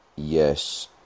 Yes